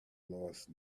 lost